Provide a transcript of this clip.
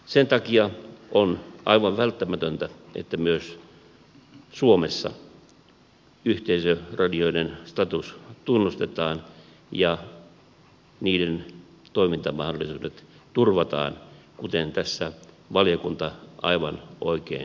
sen takia on aivan välttämätöntä että myös suomessa yhteisöradioiden status tunnustetaan ja niiden toimintamahdollisuudet turvataan kuten tässä valiokunta aivan oikein vaatii